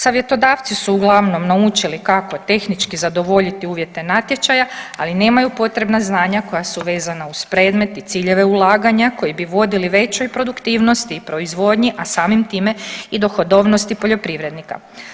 Savjetodavci su uglavnom naučili kako tehnički zadovoljiti uvjete natječaja, ali nemaju potrebna znanja koja su vezana uz predmet i ciljeve ulaganja koji bi vodili većoj produktivnosti i proizvodnji, a samim time i dohodovnosti poljoprivrednika.